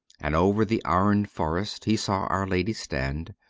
and over the iron forest he saw our lady stand,